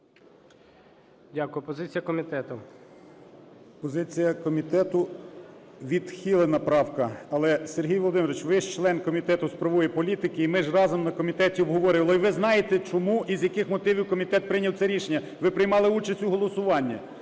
Дякую. Позиція комітету. 13:40:22 БОЖИК В.І. Позиція комітету: відхилена правка. Але, Сергій Володимирович, ви ж член Комітету з правової політики, і ми ж разом на комітеті обговорювали, і ви знаєте, чому і з яких мотивів комітет прийняв це рішення, ви приймали участь у голосуванні.